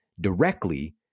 directly